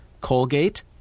Colgate